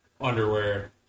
underwear